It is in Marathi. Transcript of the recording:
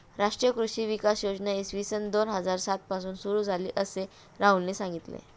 राष्ट्रीय कृषी विकास योजना इसवी सन दोन हजार सात पासून सुरू झाली, असे राहुलने सांगितले